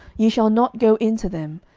ye shall not go in to them,